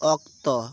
ᱚᱠᱛᱚ